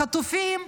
החטופים,